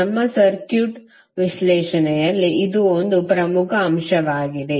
ನಮ್ಮ ಸರ್ಕ್ಯೂಟ್ ವಿಶ್ಲೇಷಣೆಯಲ್ಲಿ ಇದು ಒಂದು ಪ್ರಮುಖ ಅಂಶವಾಗಿದೆ